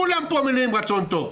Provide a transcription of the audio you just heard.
כולם פה מלאים ברצון טוב.